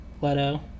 Leto